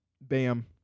Bam